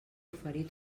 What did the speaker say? oferir